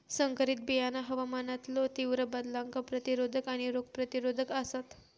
संकरित बियाणा हवामानातलो तीव्र बदलांका प्रतिरोधक आणि रोग प्रतिरोधक आसात